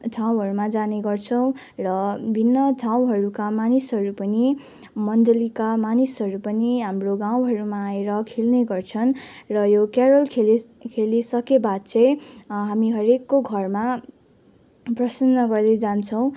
ठाउँहरूमा जाने गर्छौँ र भिन्न ठाउँहरूका मानिसहरू पनि मण्डलीका मानिसहरू पनि हाम्रो गाउँहरूमा आएर खेल्ने गर्छन् र यो क्यारोल खेली खेलिसके बाद चाहिँ हामी हरेकको घरमा प्रसन्न गरेर जान्छौँ